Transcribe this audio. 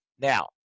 Now